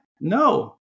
No